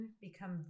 become